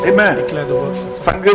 Amen